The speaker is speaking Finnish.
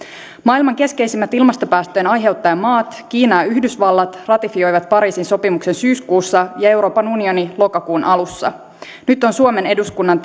maailman keskeisimmät ilmastopäästöjen aiheuttajamaat kiina ja yhdysvallat ratifioivat pariisin sopimuksen syyskuussa ja euroopan unioni lokakuun alussa nyt on suomen eduskunnan